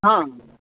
हँ